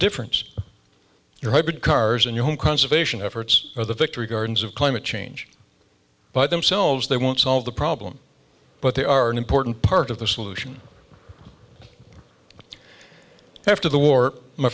difference your hybrid cars and your home conservation efforts are the victory gardens of climate change by themselves they won't solve the problem but they are an important part of the solution after the war my